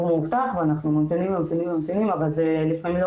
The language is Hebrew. מאובטח' ואנחנו ממתינים וממתינים אבל לפעמים זה לא